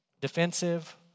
Defensive